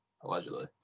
allegedly